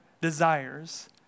desires